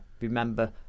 remember